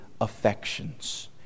affections